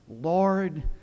lord